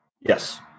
Yes